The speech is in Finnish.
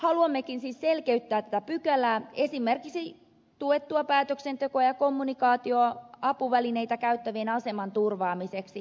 haluammekin siis selkeyttää tätä pykälää esimerkiksi tuettua päätöksentekoa ja kommunikaatioapuvälineitä käyttävien aseman turvaamiseksi